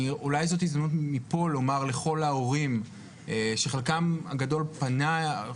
זאת הזדמנות מפה לומר לכל ההורים שחלקם הגדול פנה אליי